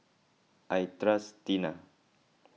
I trust Tena